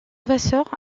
vasseur